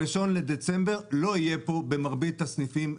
ב-1 בדצמבר לא יהיו מכונות במרבית הסניפים.